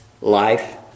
life